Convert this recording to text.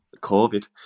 covid